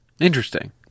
Interesting